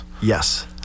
Yes